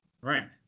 Right